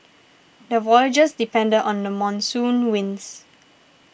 their voyages depended on the monsoon winds